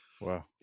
Wow